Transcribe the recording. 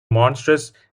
monstrous